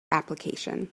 application